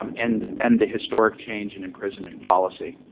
um and and the historic change in imprisonment policy.